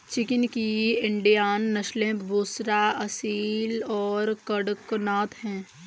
chicken की Indian नस्लें बुसरा, असील और कड़कनाथ हैं